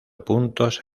puntos